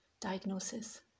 diagnosis